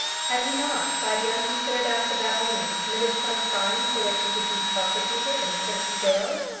had he not by the unconsidered act of that moment committed some crime for which he could be prosecuted and sent to gaol?